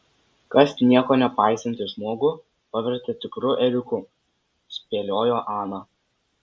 kas nieko nepaisantį žmogų pavertė tikru ėriuku spėliojo ana